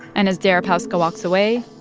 and as deripaska walks away,